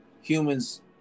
humans